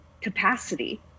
capacity